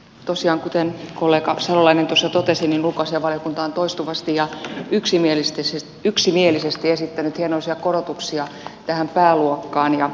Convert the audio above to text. tosiaan kuten kollega salolainen tuossa totesi ulkoasiainvaliokunta on toistuvasti ja yksimielisesti esittänyt hienoisia korotuksia tähän pääluokkaan